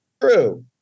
true